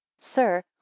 sir